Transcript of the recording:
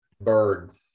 bird